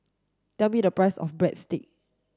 tell me the price of Breadsticks